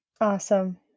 Awesome